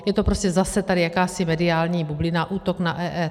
Je to prostě zase tady jakási mediální bublina, útok na EET.